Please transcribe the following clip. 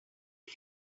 get